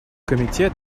комитет